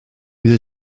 bydd